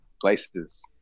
places